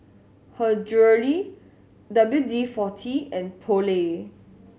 Her Jewellery W D Forty and Poulet